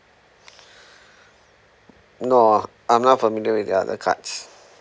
no I'm not familiar with other cards